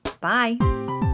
Bye